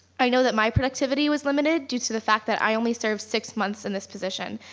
i know that my productivity was limited due to the fact that i only served six months in this position,